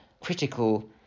critical